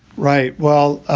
right? well,